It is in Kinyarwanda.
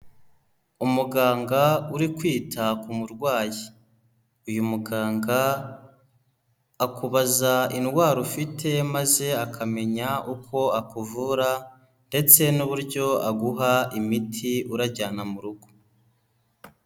Umuganga uri kwita ku murwayi, uyu muganga akubaza indwara ufite maze akamenya uko akuvura ndetse n'uburyo aguha imiti urajyana mu rugo.